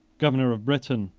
governor of britain,